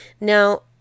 Now